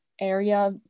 area